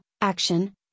action